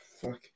fuck